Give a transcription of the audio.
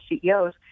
CEOs